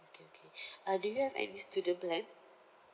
okay okay uh do you have any student plan